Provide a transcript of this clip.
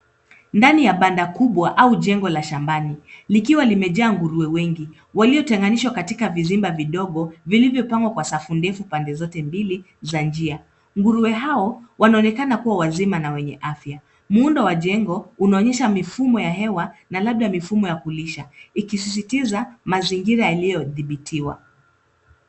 Ndani ya banda kubwa au jengo la shambani likiwa limejaa nguruwe wengi waliotenganishwa katika vizimba vidogo, vilivyopangwa kwa safu ndefu pande zote mbili za njia. Nguruwe hao wanaonekana kuwa wazima na wenye afya. Muundo ya jengo unaonyesha mifumo ya hewa na labda mifumo ya kulisha ikisisitiza mazingira yaliyodhibitiwa.